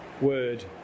word